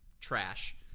trash